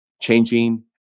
changing